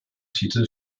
titel